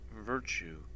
virtue